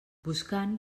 buscant